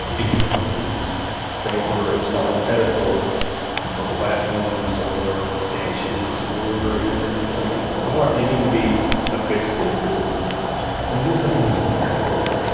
and power tools say for installing pedestals or platforms or stanchions, or even some pieces of art, they need to be affixed to the floor but here's the thing with a sloped floor,